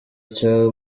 cya